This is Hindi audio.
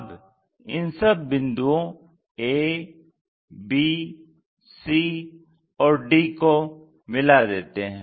अब इन सब बिंदुओं a b c और d को मिला देते हैं